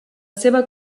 seva